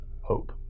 hope